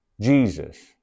Jesus